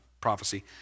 prophecy